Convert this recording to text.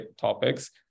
topics